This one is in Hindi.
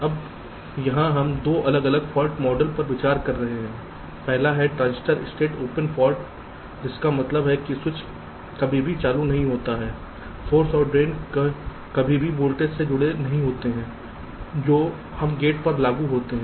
अब यहां हम 2 अलग अलग फॉल्ट मॉडल पर विचार कर रहे हैं पहला है ट्रांजिस्टर स्टेट ओपन फॉल्ट जिसका मतलब है कि स्विच कभी भी चालू नहीं होता है सोर्स और ड्रेन कभी भी वोल्टेज से जुड़े नहीं होते हैं जो हम गेट पर लागू होते हैं